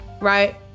right